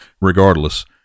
regardless